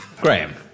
Graham